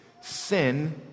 Sin